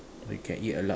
you can eat a lot